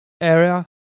Area